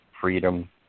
Freedom